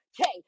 Okay